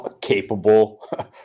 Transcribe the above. capable